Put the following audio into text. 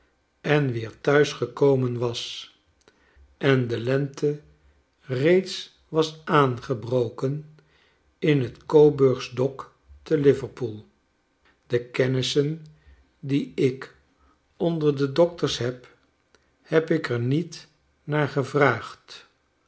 en weer thuis gekomen was en de lente reeds was aangebroken in t coburgs dok te liverpool de kennissen die ik onder de dokters heb heb ik er niet naar gevraagd